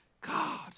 God